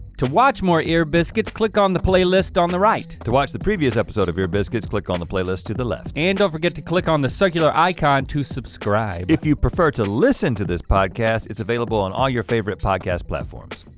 to watch more ear biscuits, click on the playlist on the right. to watch the previous episode of ear biscuits, click on the playlist to the left. and don't forget to click on the circular icon to subscribe. if you prefer to listen to this podcast, it's available on all your favorite podcast platforms.